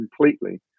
completely